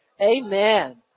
amen